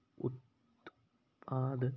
ਉਤਪਾਦ